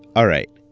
alright,